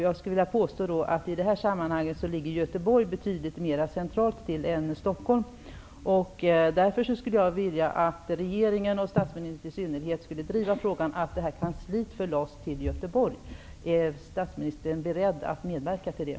Jag skulle vilja påstå att i det här sammanhanget ligger Göteborg betydligt mer centralt än Stockholm. Därför skulle jag vilja att regeringen, och statsministern i synnerhet, driver frågan att detta kansli förläggs till Göteborg. Är statsministern beredd att medverka till det?